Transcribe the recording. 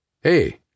Hey